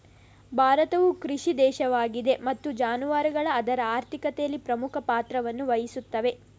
ಭಾರತವು ಕೃಷಿ ದೇಶವಾಗಿದೆ ಮತ್ತು ಜಾನುವಾರುಗಳು ಅದರ ಆರ್ಥಿಕತೆಯಲ್ಲಿ ಪ್ರಮುಖ ಪಾತ್ರವನ್ನು ವಹಿಸುತ್ತವೆ